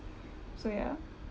so yeah